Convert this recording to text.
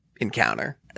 encounter